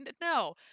No